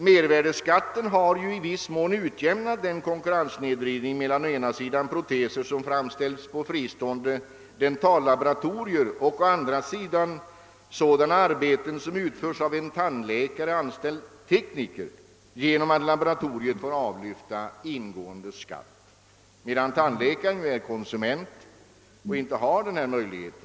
Mervärdeskatten har ju i viss mån utjämnat snedbelastningen mellan å ena sidan proteser som framställts på fristående dentallaboratorier och å andra sidan sådana arbeten som utförs av en hos tandläkare anställd tekniker genom att laboratorierna nu får avlyfta ingående skatt. Tandläkaren är ju konsument och har inte denna möjlighet.